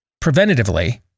preventatively